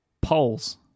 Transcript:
Polls